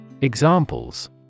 Examples